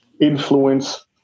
influence